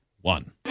one